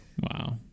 wow